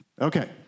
Okay